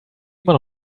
immer